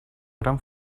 gran